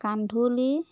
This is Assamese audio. কান্ধুলি